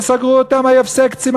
וסגרו אותם היבסקצים,